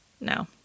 No